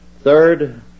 third